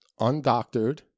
undoctored